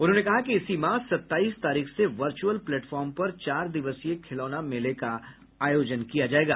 उन्होंने कहा कि इसी माह सत्ताईस तारीख से वर्चुअल प्लेटफार्म पर चार दिवसीय खिलौना मेले का आयोजन किया जायेगा